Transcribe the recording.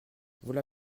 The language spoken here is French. voilà